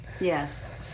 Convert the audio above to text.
Yes